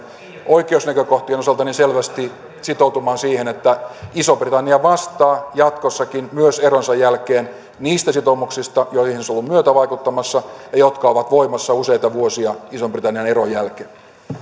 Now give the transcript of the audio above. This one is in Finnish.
oikeusnäkökohtien osalta niin myös selvästi sitoutumaan siihen että iso britannia vastaa jatkossakin myös eronsa jälkeen niistä sitoumuksista joihin se on ollut myötävaikuttamassa ja jotka ovat voimassa useita vuosia ison britannian eron jälkeen